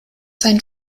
sein